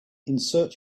insert